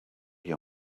your